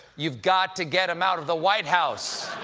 you've got to get him out of the white house!